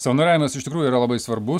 savanoriavimas iš tikrųjų yra labai svarbus